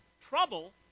trouble